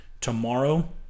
tomorrow